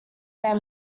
their